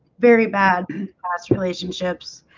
very bad ah so relationships